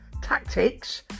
tactics